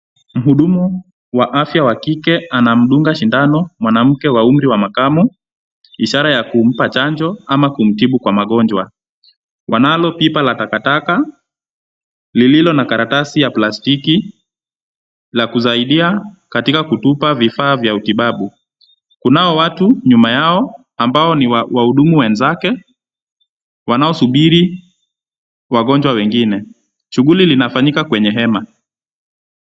Mhudumu wa afya wa kike anamdunga sindano mwanamke wa umri wa makamo, ishara ya kumpa chanjo ama kumtibu kwa magonjwa. Wanalo pipa la takataka lililo na karatasi ya plastiki la kusaidia katika kutupa vifaa vya utibabu. Kunao watu nyuma yao ambao ni wa wahudumu wenzake, wanaosubiri kwa wagonjwa wengine. Shughuli linafanyika kwenye hema.